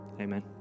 Amen